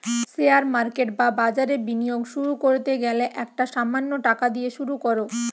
share market বা বাজারে বিনিয়োগ শুরু করতে গেলে একটা সামান্য টাকা দিয়ে শুরু করো